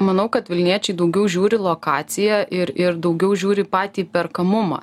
manau kad vilniečiai daugiau žiūri lokaciją ir ir daugiau žiūri į patį perkamumą